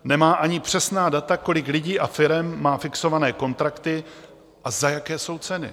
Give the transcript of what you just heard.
Nemá ani přesná data, kolik lidí a firem má fixované kontrakty a za jaké jsou ceny.